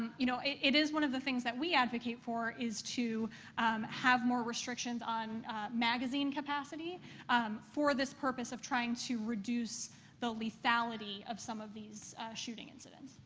and you know, it it is one of the things that we advocate for is to have more restrictions on magazine capacity um for this purpose of trying to reduce the lethality of some of these shooting incidents.